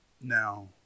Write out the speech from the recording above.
Now